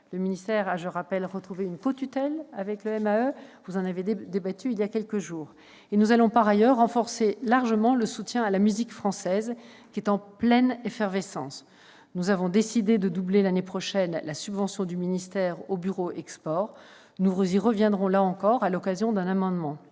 le ministère des affaires étrangères ; vous en avez débattu il y a quelques jours. Nous allons par ailleurs renforcer largement le soutien à la musique française, qui est en pleine effervescence. Nous avons ainsi décidé de doubler l'année prochaine la subvention du ministère au Bureau export. Nous y reviendrons là encore à l'occasion d'un amendement.